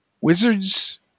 Wizards